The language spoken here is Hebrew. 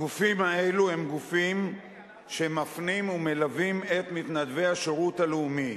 הגופים האלה הם גופים שמפנים ומלווים את מתנדבי השירות הלאומי.